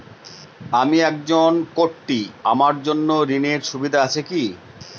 আমি একজন কট্টি আমার জন্য ঋণের সুবিধা আছে কি?